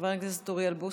חבר הכנסת אוריאל בוסו,